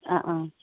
ആ ആ